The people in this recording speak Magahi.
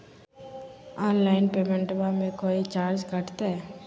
ऑनलाइन पेमेंटबां मे कोइ चार्ज कटते?